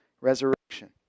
resurrection